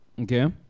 Okay